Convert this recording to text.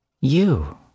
You